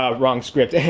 ah wrong script, eheh.